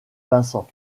vincent